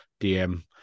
DM